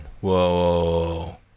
whoa